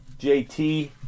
JT